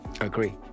agree